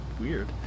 weird